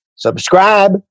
subscribe